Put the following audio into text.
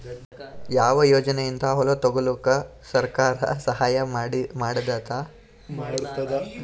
ಯಾವ ಯೋಜನೆಯಿಂದ ಹೊಲ ತೊಗೊಲುಕ ಸರ್ಕಾರ ಸಹಾಯ ಮಾಡತಾದ?